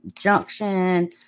Junction